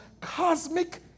cosmic